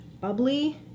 bubbly